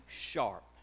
sharp